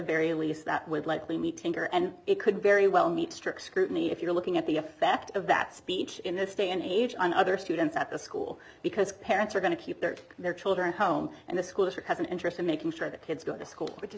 very least that would likely me tender and it could very well need strict scrutiny if you're looking at the effect of that speech in this day and age and other students at the school because parents are going to keep their their children home and the school should have an interest in making sure that kids go to school which is